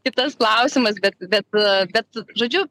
kitas klausimas bet bet bet žodžiu